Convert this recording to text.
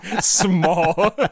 small